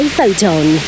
Photon